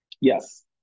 Yes